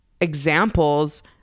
examples